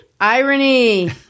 Irony